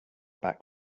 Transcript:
back